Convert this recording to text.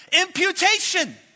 Imputation